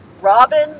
Robin